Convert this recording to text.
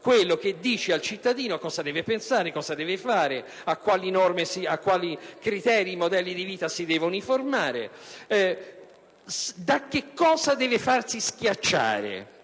quello che dice al cittadino cosa deve pensare, cosa deve fare, a quale criteri e modelli di vita si deve uniformare, da che cosa deve farsi schiacciare.